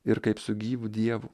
ir kaip su gyvu dievu